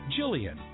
Jillian